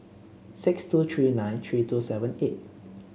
six two three nine three two seven eight